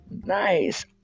nice